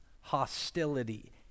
hostility